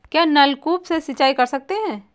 क्या नलकूप से सिंचाई कर सकते हैं?